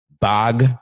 bog